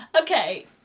Okay